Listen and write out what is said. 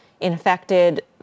infected